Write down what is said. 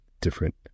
different